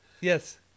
Yes